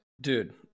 Dude